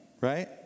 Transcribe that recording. right